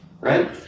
Right